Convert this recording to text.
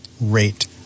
rate